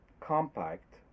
compact